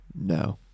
No